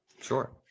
Sure